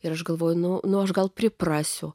ir aš galvoju nu nu aš gal priprasiu